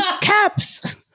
caps